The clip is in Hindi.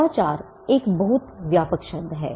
नवाचार एक बहुत व्यापक शब्द है